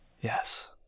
Yes